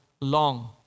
long